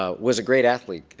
ah was a great athlete,